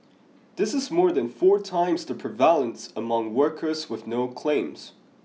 this is more than four times the prevalence among workers with no claims